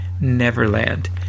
Neverland